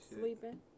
Sleeping